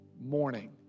morning